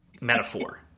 metaphor